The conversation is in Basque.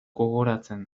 gogoratzen